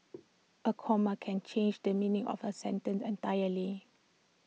A comma can change the meaning of A sentence and entirely